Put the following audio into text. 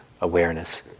awareness